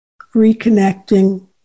reconnecting